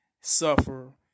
suffer